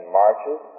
marches